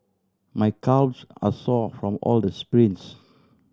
my calves are sore from all the sprints